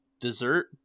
dessert